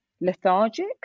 lethargic